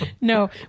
no